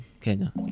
kenya